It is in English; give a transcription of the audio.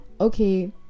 okay